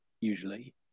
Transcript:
usually